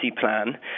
plan